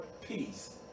peace